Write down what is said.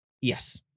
Yes